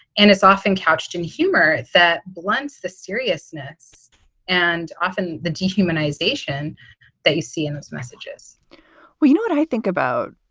and it's often couched in humor that blunts the seriousness and often the dehumanization that you see in those messages well, you know what i think about?